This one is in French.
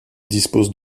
dispose